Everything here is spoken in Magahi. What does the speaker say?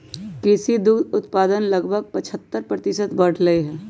कृषि दुग्ध उत्पादन लगभग पचहत्तर प्रतिशत बढ़ लय है